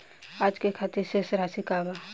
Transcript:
आज के खातिर शेष राशि का बा?